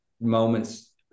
moments